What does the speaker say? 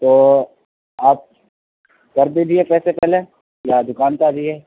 تو آپ کر دیجیے پیسے پہلے یا دُکان پہ آجائیے